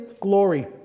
glory